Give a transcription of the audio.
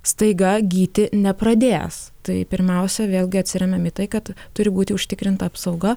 staiga gyti nepradės tai pirmiausia vėlgi atsiremiam į tai kad turi būti užtikrinta apsauga